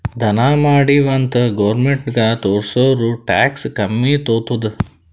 ದಾನಾ ಮಾಡಿವ್ ಅಂತ್ ಗೌರ್ಮೆಂಟ್ಗ ತೋರ್ಸುರ್ ಟ್ಯಾಕ್ಸ್ ಕಮ್ಮಿ ತೊತ್ತುದ್